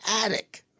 attic